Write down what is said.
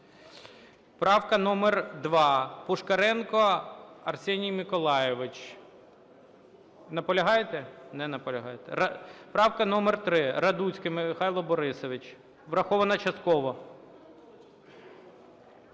Правка номер 2, Пушкаренко Арсеній Миколайович. Наполягаєте? Не наполягаєте. Правка номер 3, Радуцький Михайло Борисович. Врахована частково.